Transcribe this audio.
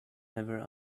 never